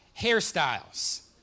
hairstyles